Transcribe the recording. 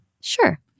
Sure